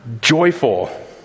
joyful